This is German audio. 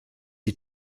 die